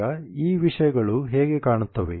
ಈಗ ಈ ವಿಷಯಗಳು ಹೇಗೆ ಕಾಣುತ್ತವೆ